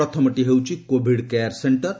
ପ୍ରଥମଟି ହେଉଛି COVID care ସେଶ୍ଚର